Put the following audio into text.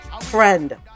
friend